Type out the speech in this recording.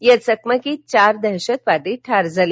या चकमकीत चार दहशतवादी ठार झाले